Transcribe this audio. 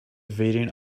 variant